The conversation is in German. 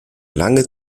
lange